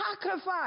sacrifice